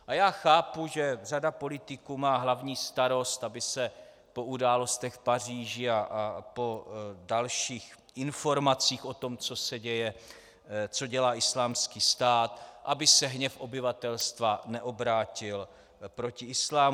A já chápu, že řada politiků má hlavní starost, aby se po událostech v Paříži a po dalších informacích o tom, co se děje, co dělá Islámský stát, aby se hněv obyvatelstva neobrátil proti islámu.